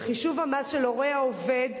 בחישוב המס של הורה העובד,